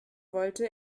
wollte